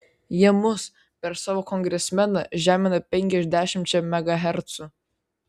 jie mus per savo kongresmeną žemina penkiasdešimčia megahercų